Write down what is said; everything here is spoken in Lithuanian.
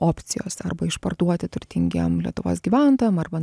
opcijos arba išparduoti turtingiem lietuvos gyventojam arba